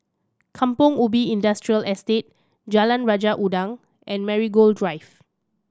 Kampong Ubi Industrial Estate Jalan Raja Udang and Marigold Drive